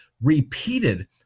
repeated